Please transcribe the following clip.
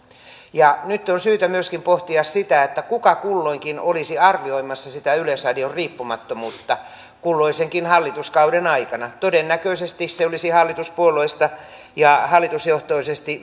nyt on syytä myöskin pohtia sitä kuka kulloinkin olisi arvioimassa sitä yleisradion riippumattomuutta kulloisenkin hallituskauden aikana todennäköisesti se olisi hallituspuolueista ja hallitusjohtoisesti